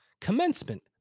Commencement